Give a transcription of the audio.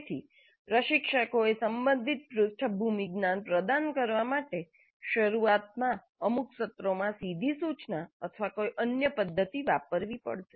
તેથી પ્રશિક્ષકોએ સંબંધિત પૃષ્ઠભૂમિ જ્ઞાન પ્રદાન કરવા માટે શરૂઆતમાં અમુક સત્રો માં સીધી સૂચના અથવા કોઈ અન્ય પદ્ધતિ વાપરવી પડશે